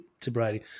sobriety